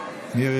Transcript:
רון כץ,